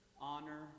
Honor